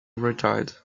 retired